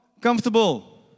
comfortable